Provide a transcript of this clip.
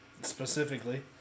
Specifically